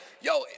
yo